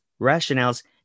rationales